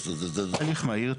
הליך מהיר.